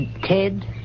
Ted